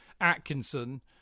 Atkinson